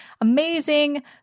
amazing